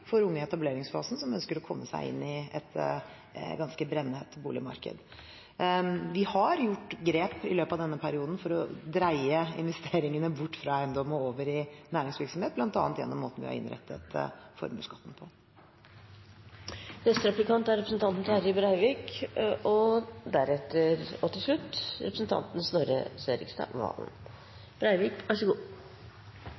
for unge i etableringsfasen som ønsker å komme seg inn i et ganske brennhett boligmarked. Vi har gjort grep i løpet av denne perioden for å dreie investeringene bort fra eiendom og over i næringsvirksomhet, bl.a. gjennom måten vi har innrettet formuesskatten på.